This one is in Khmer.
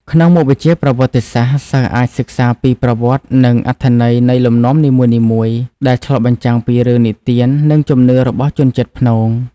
ក្នុងមុខវិជ្ជាប្រវត្តិសាស្ត្រ សិស្សអាចសិក្សាពីប្រវត្តិនិងអត្ថន័យនៃលំនាំនីមួយៗ ដែលឆ្លុះបញ្ចាំងពីរឿងនិទាននិងជំនឿរបស់ជនជាតិព្នង។